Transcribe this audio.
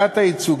העלאת הייצוג,